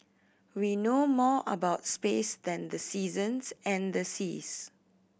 we know more about space than the seasons and the seas